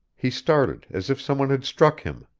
he started as if some one had struck him,